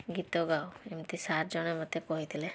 ଗୀତ ଗାଅ ଏମତି ସାର ଜଣେ ମତେ କହିଥିଲେ